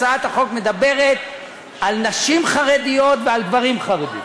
הצעת החוק מדברת על נשים חרדיות ועל גברים חרדים.